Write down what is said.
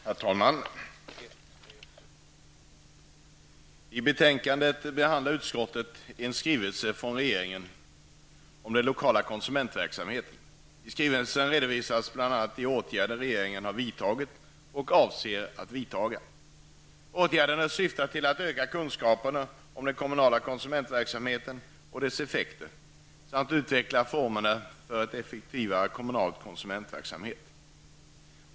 Herr talman! I detta betänkande behandlar utskottet en skrivelse från regeringen om den lokala konsumentverksamheten. I skrivelsen redovisas bl.a. de åtgärder som regeringen har vidtagit och avser att vidta. Åtgärderna syftar till att öka kunskaperna om den kommunala konsumentverksamheten och dess effekter samt utveckla formerna för en effektivare kommunal konsumentverksamhet.